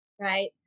Right